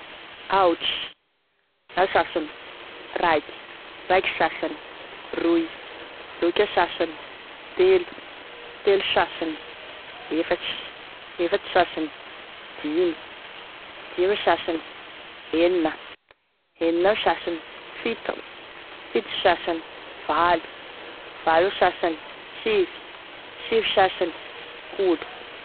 Aotry, asasany, raiky, raiky sasany, roy, roiky asasany, telo, telo sasany, efatry, efatry sasany, dimy, dimy asasany, enina, enina asasany, fito, fito sasany, valo, valo asasany, sivy, sivy sasany, folo.